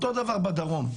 אותו הדבר בדרום.